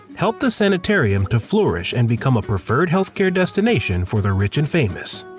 helped the sanitarium to flourish and become a preferred healthcare destination for the rich and famous.